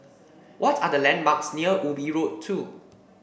what are the landmarks near Ubi Road Two